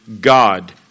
God